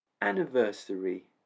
Anniversary